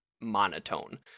monotone